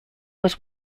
was